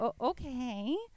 okay